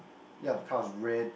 ya the car is red